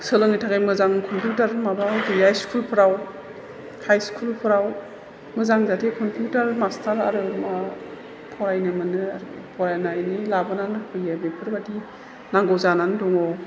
सोलोंनो थाखाय मोजां कम्पिउटार माबा गैया स्कुलफोराव हाइ स्कुल फोराव मोजां जाहाथे कम्पिउटार मास्थार आरो मा फरायनो मोनो फरायनायनि लाबोनानै होफैयो बेफोरबादि नांगौ जानानै दङ